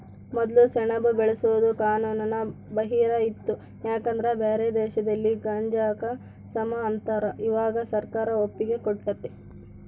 ಮೊದ್ಲು ಸೆಣಬು ಬೆಳ್ಸೋದು ಕಾನೂನು ಬಾಹಿರ ಇತ್ತು ಯಾಕಂದ್ರ ಬ್ಯಾರೆ ದೇಶದಾಗ ಗಾಂಜಾಕ ಸಮ ಅಂಬತಾರ, ಇವಾಗ ಸರ್ಕಾರ ಒಪ್ಪಿಗೆ ಕೊಟ್ಟತೆ